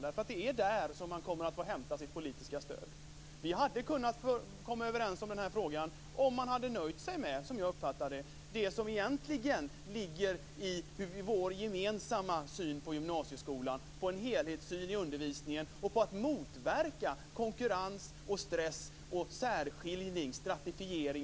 Det är ju där som man kommer att få hämta sitt politiska stöd. Som jag uppfattar det hade vi kunnat komma överens i den här frågan om man hade nöjt sig med det som egentligen ligger i vår gemensamma syn på gymnasieskolan. Det handlar om en helhetssyn i undervisningen och om att motverka konkurrens mellan elever, stress, särskiljning och stratifiering.